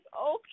okay